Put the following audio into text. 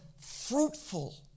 fruitful